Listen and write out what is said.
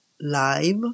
live